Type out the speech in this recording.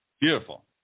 Beautiful